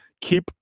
keep